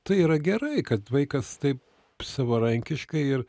tai yra gerai kad vaikas taip savarankiškai ir